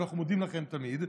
ואנחנו מודים לכם תמיד,